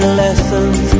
lessons